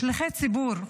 שליחי ציבור,